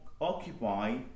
occupy